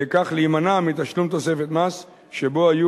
ועל-ידי כך להימנע מתשלום תוספת מס שבו היו